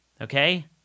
Okay